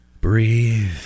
Breathe